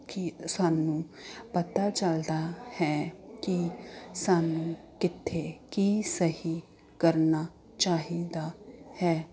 ਫਿਰ ਸਾਨੂੰ ਪਤਾ ਚੱਲਦਾ ਹੈ ਕਿ ਸਾਨੂੰ ਕਿੱਥੇ ਕੀ ਸਹੀ ਕਰਨਾ ਚਾਹੀਦਾ ਹੈ